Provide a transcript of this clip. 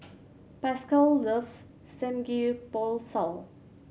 Pascal loves Samgeyopsal